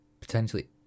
potentially